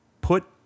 put